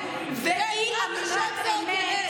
זה עוד ירד.